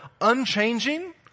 unchanging